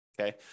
Okay